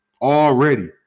Already